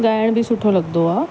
गाइण बि सुठो लॻंदो आहे